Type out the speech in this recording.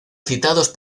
citados